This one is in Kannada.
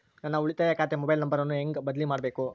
ನನ್ನ ಉಳಿತಾಯ ಖಾತೆ ಮೊಬೈಲ್ ನಂಬರನ್ನು ಹೆಂಗ ಬದಲಿ ಮಾಡಬೇಕು?